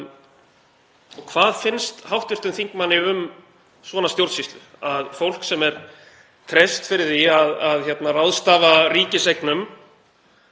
Hvað finnst hv. þingmanni um svona stjórnsýslu, að fólk sem er treyst fyrir því að ráðstafa ríkiseignum